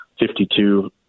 52